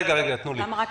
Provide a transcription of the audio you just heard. רגע, תנו לי.